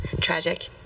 tragic